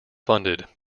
funded